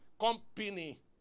company